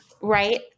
Right